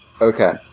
Okay